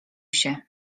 się